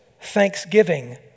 thanksgiving